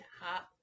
hop